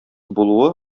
булуы